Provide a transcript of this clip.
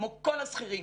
כמו כל השכירים,